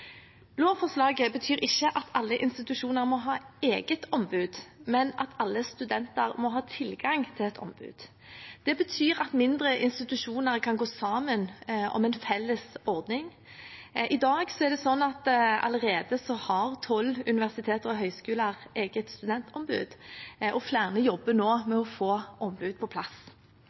Lovforslaget betyr ikke at alle institusjoner må ha eget ombud, men at alle studenter må ha tilgang til et ombud. Det betyr at mindre institusjoner kan gå sammen om en felles ordning. I dag er det sånn at tolv universiteter og høyskoler allerede har eget studentombud, og flere jobber nå med å få et ombud på plass.